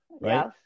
Right